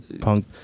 punk